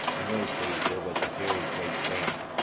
in those days there was a very great famine,